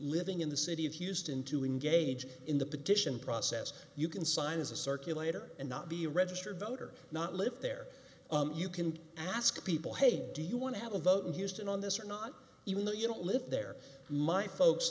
living in the city of houston to engage in the petition process you can sign as a circulator and not be a registered voter not live there you can ask people hey do you want to have a vote in houston on this or not even though you don't live there my folks